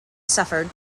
suffered